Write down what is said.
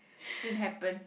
didn't happen